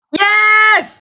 Yes